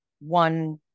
one